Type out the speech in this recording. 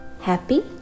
Happy